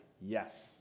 yes